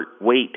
weight